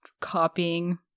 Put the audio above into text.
copying